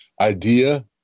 idea